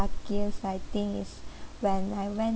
luckiest I think is when I went